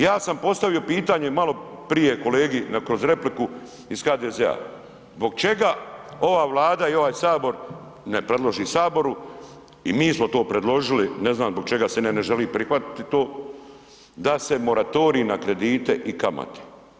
Ja sam postavio pitanje maloprije kolegi kroz repliku iz HDZ-a, zbog čega ova Vlada i ovaj Sabor ne predloži Saboru i mi smo to predložili, ne znam zbog čega se ne želi prihvatiti to, da se moratorij na kredite i na kamate.